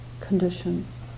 conditions